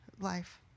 life